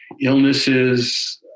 illnesses